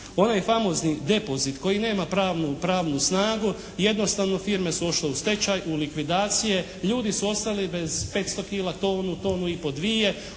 onaj famozni depozit koji nema pravnu snagu jednostavno firme su otišle u stečaj, u likvidacije, ljudi su ostali bez 500 kila, tonu, tonu i pol, dvije